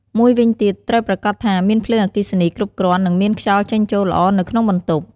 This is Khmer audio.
មួយវិញទៀត ត្រូវប្រាកដថាមានភ្លើងអគ្គិសនីគ្រប់គ្រាន់ និងមានខ្យល់ចេញចូលល្អនៅក្នុងបន្ទប់។